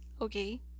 okay